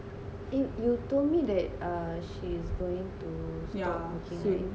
eh you told me that ah she is going to stop working right